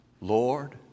Lord